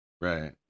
Right